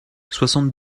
soixante